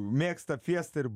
mėgsta fiestą ir